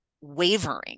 wavering